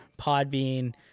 Podbean